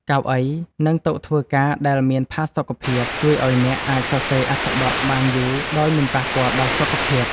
កៅអី និងតុធ្វើការដែលមានផាសុកភាព ជួយឱ្យអ្នកអាចសរសេរអត្ថបទបានយូរដោយមិនប៉ះពាល់ដល់សុខភាព។